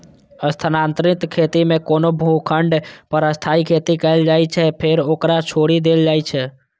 स्थानांतरित खेती मे कोनो भूखंड पर अस्थायी खेती कैल जाइ छै, फेर ओकरा छोड़ि देल जाइ छै